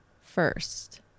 first